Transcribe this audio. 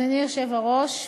אדוני היושב-ראש,